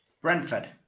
brentford